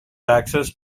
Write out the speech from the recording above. access